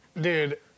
dude